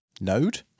node